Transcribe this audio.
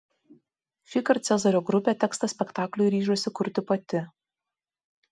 šįkart cezario grupė tekstą spektakliui ryžosi kurti pati